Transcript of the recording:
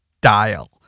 dial